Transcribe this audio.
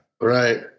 Right